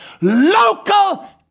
Local